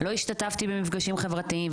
לא השתתפתי במפגשם חברתיים,